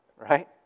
Right